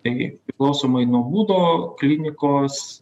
taigi priklausomai nuo būdo klinikos